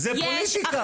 זו פוליטיקה.